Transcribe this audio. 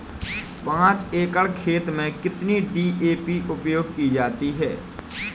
पाँच एकड़ खेत में कितनी डी.ए.पी उपयोग की जाती है?